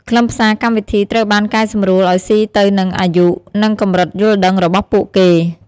ខ្លឹមសារកម្មវិធីត្រូវបានកែសម្រួលឲ្យស៊ីទៅនឹងអាយុ និងកម្រិតយល់ដឹងរបស់ពួកគេ។